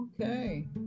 okay